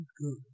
good